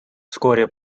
вскоре